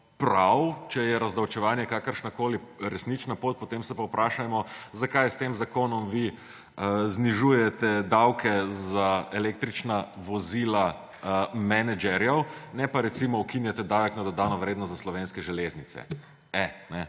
prav, če je razdavčevanje kakršnakoli resnična pot, potem se pa vprašajmo, zakaj s tem zakonom vi znižujete davke za električna vozila menedžerjev, ne ukinjate pa recimo davka na dodano vrednost za Slovenske železnice. Tukaj